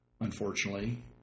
unfortunately